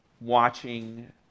watching